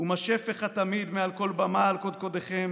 ומה שפך התמיד מעל כל במה על קודקודיכם,